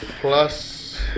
plus